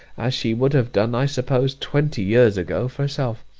as she would have done, i suppose, twenty years ago, for herself.